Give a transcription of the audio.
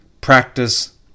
practice